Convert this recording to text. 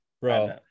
Bro